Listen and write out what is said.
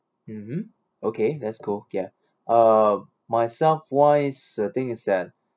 mmhmm okay let's go ya uh myself what is the thing is that